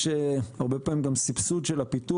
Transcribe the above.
יש הרבה פעמים גם סבסוד של הפיתוח.